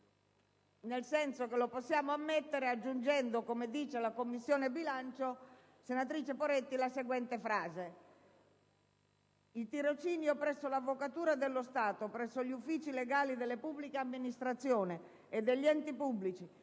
l'emendamento è ammissibile aggiungendo, come chiede la Commissione bilancio, la seguente frase: «Il tirocinio presso l'Avvocatura dello Stato, presso gli uffici legali delle pubbliche amministrazioni e degli enti pubblici,